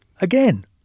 again